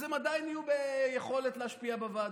אז הם עדיין יהיו ביכולת להשפיע בוועדה.